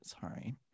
sorry